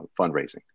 fundraising